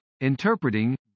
interpreting